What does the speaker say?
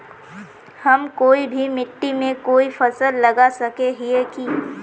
हम कोई भी मिट्टी में कोई फसल लगा सके हिये की?